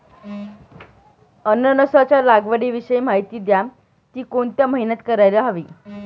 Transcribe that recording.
अननसाच्या लागवडीविषयी माहिती द्या, ति कोणत्या महिन्यात करायला हवी?